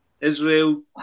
Israel